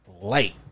Light